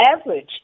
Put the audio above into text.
average